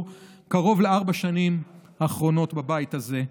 קרוב לארבע השנים האחרונות בבית הזה.